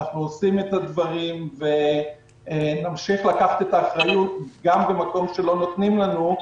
אנחנו עושים את הדברים ונמשיך לקחת את האחריות גם במקום שלא נותנים לנו,